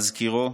מזכירו,